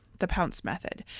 the pounce method.